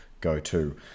go-to